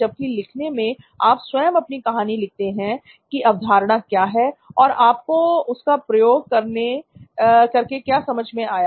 जबकि लिखने में आप स्वयं अपनी कहानी लिखते हैं की अवधारणा क्या है और आपको उसका प्रयोग करके क्या समझ में आया